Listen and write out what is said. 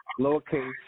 lowercase